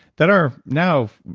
that are now,